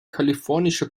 kalifornische